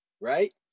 right